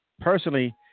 personally